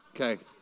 Okay